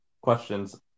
questions